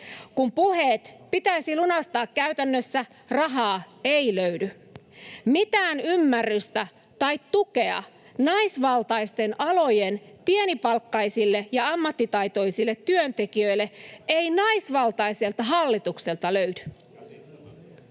Kun puheet pitäisi lunastaa käytännössä, rahaa ei löydy. Mitään ymmärrystä tai tukea naisvaltaisten alojen pienipalkkaisille ja ammattitaitoisille työntekijöille ei naisvaltaiselta hallitukselta löydy.